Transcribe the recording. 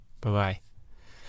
Bye-bye